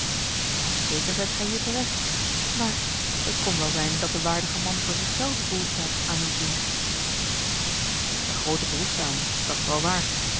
dan zeker zijt gij hier terecht maar het kon wel zijn a l g bosboom-toussaint de delftsche wonderdokter eel dat de waardige man voor zich zelven behoefte had aan uw dienst hij heeft er groote behoefte aan dat's wel waar